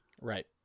Right